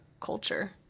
culture